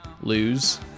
lose